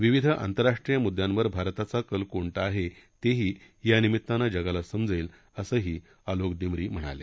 विविध आंतरराष्ट्रीय मुद्यांवर भारताचा कल कोणता आहे ते ही या निमित्तान जगाला समजेल असंही अलोक दिमरी म्हणाले